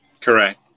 Correct